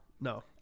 No